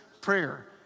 prayer